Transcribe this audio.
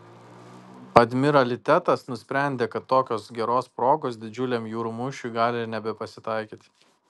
admiralitetas nusprendė kad tokios geros progos didžiuliam jūrų mūšiui gali ir nebepasitaikyti